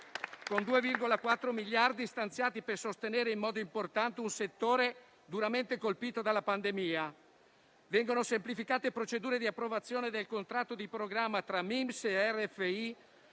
con 2,4 miliardi stanziati per sostenere in modo importante un settore duramente colpito dalla pandemia. Vengono semplificate le procedure di approvazione del contratto di programma tra MIMS e RFI